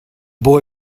boy